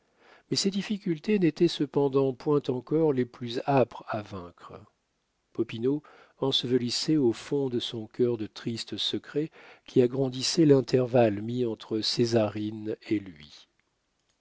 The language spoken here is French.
mais ces difficultés n'étaient cependant point encore les plus âpres à vaincre popinot ensevelissait au fond de son cœur de tristes secrets qui agrandissaient l'intervalle mis entre césarine et lui